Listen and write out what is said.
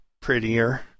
prettier